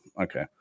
okay